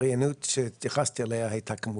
העבריינות שהתייחסתי אליה הייתה בתחום